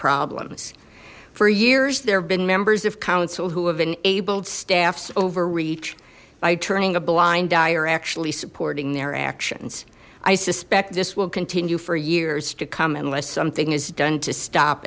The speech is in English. problems for years there have been members of council who have enabled staffs overreach by turning a blind eye or actually supporting their actions i suspect this will continue for years to come unless something is done to stop